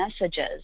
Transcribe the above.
messages